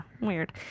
weird